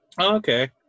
okay